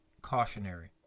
cautionary